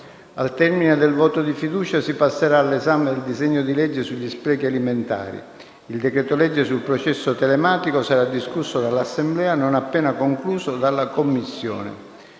Al termine del voto di fiducia si passerà all'esame del disegno di legge sugli sprechi alimentari. Il decreto-legge sul processo telematico sarà discusso dall'Assemblea non appena concluso dalla Commissione.